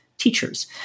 teachers